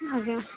ଆଜ୍ଞା